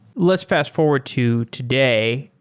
let's fast-forward to today.